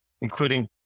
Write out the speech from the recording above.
including